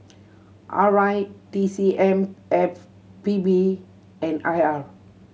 R I T C M E P B and I R